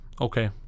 Okay